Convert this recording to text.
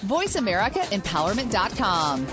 VoiceAmericaEmpowerment.com